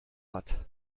hat